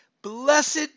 Blessed